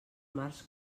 marcs